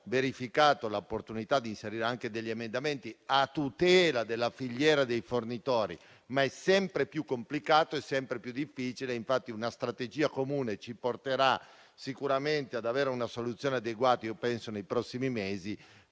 verificato l'opportunità di inserire anche degli emendamenti a tutela della filiera dei fornitori, ma è sempre più complicato e sempre più difficile. Infatti una strategia comune ci porterà sicuramente ad avere una soluzione adeguata, penso nei prossimi mesi,